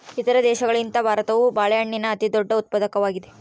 ಇತರ ದೇಶಗಳಿಗಿಂತ ಭಾರತವು ಬಾಳೆಹಣ್ಣಿನ ಅತಿದೊಡ್ಡ ಉತ್ಪಾದಕವಾಗಿದೆ